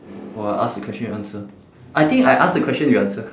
or I ask the question you answer I think I ask the question you answer